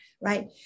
right